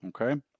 Okay